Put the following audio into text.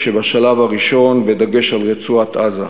כשבשלב הראשון הדגש הוא על רצועת-עזה.